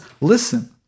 listen